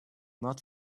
not